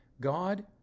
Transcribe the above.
God